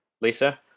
Lisa